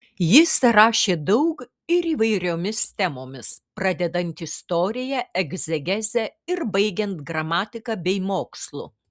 jis rašė daug ir įvairiomis temomis pradedant istorija egzegeze ir baigiant gramatika bei mokslu